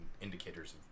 indicators